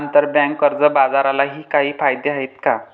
आंतरबँक कर्ज बाजारालाही काही कायदे आहेत का?